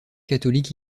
catholique